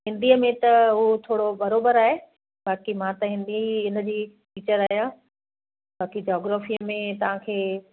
हिंदीअ में त हू थोरो बराबरि आहे बाक़ी मां त हिंदी इनजी टीचर आहियां बाक़ी जॉग्रॉफ़ीअ में तव्हांखे